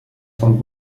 von